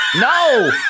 No